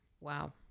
Wow